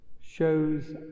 shows